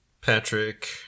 Patrick